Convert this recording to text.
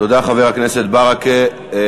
תודה, חבר הכנסת ברכה.